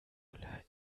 müller